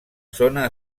zona